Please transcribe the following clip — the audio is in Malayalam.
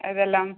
ഏതെല്ലാം